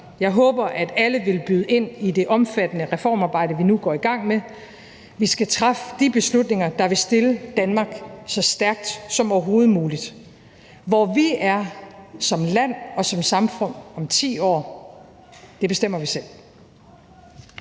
Jeg håber, at alle vil byde ind i det omfattende reformarbejde, vi nu går i gang med. Vi skal træffe de beslutninger, der vil stille Danmark så stærkt som overhovedet muligt. Hvor vi er som land og som samfund om 10 år, bestemmer vi selv.